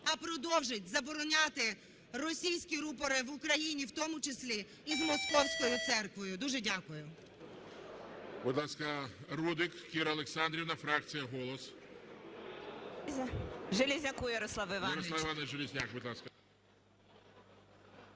а продовжить забороняти російські рупори в Україні, в тому числі і з московською церквою. Дуже дякую.